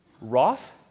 Roth